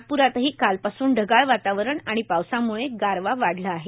नागप्रातही कालपासून ढगाळ वातावरण आणि पावसामुळे गारवा वाढला आहे